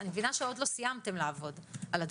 אני מבינה שעוד לא סיימתם לעבוד על הדברים.